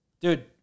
Dude